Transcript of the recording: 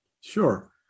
Sure